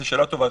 זאת שאלה טובה.